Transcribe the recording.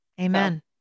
Amen